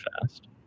fast